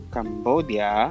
Cambodia